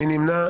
מי נמנע?